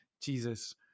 jesus